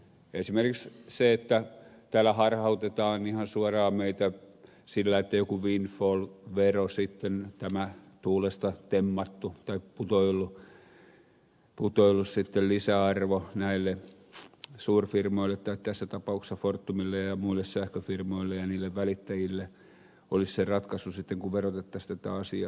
esimerkiksi se että täällä harhautetaan ihan suoraan meitä sillä että joku windfall vero sitten tämä tuulesta temmattu tai putoillut lisäarvo näille suurfirmoille tai tässä tapauksessa fortumille ja muille sähköfirmoille ja niille välittäjille olisi se ratkaisu sitten kun verotettaisiin tätä asiaa